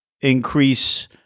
increase